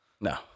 No